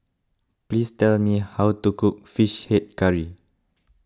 please tell me how to cook Fish Head Curry